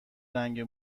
رنگ